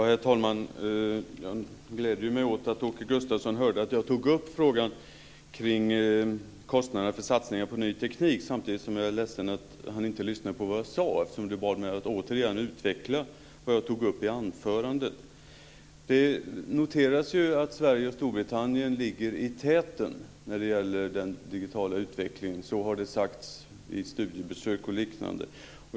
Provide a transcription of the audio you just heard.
Herr talman! Jag gläder mig åt att Åke Gustavsson hörde att jag tog upp frågan om kostnader för satsningar på ny teknik. Samtidigt är jag ledsen över att han inte lyssnade på vad jag sade eftersom han bad mig att återigen utveckla vad jag tog upp i anförandet. Det noteras ju att Sverige och Storbritannien ligger i täten när det gäller den digitala utvecklingen. Så har det sagts vid studiebesök och liknande.